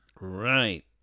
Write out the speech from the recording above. right